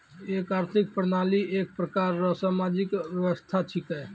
एक आर्थिक प्रणाली एक प्रकार रो सामाजिक व्यवस्था छिकै